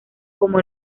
como